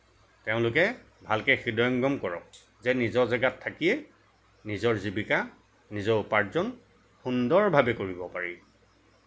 তেওঁলোকে ভালকৈ হৃদয়ঙ্গম কৰক যে নিজৰ জেগাত থাকি নিজৰ জীৱিকা নিজৰ উপাৰ্জন সুন্দৰভাৱে কৰিব পাৰি